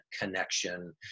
connection